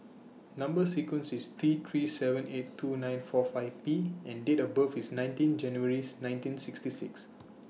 Number sequence IS T three seven eight two nine four five P and Date of birth IS nineteen January's nineteen sixty six